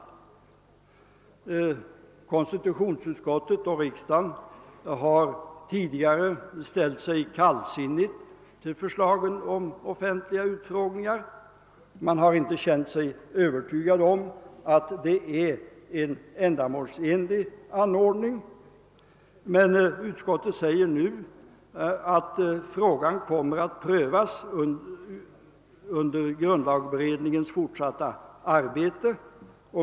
Både konstitutionsutskottet och riksdagen har tidigare ställt sig kallsinniga till förslaget om offentliga utfrågningar; man har inte känt sig övertygad om att det är en ändamålsenlig anordning. Utskottet säger emellertid nu att frågan kommer att prövas under grundlagberedningens fortsatta arbete.